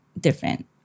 different